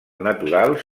naturals